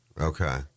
Okay